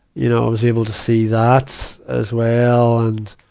you know, i was able to see that as well. and,